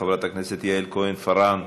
חברת הכנסת יעל כהן-פארן,